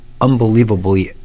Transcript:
unbelievably